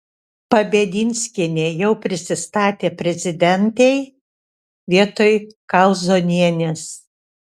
pabedinskienė jau prisistatė prezidentei vietoj kauzonienės